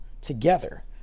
together